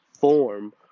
form